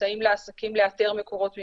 מסייעים לעסקים לאתר מקורות מימון.